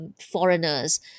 foreigners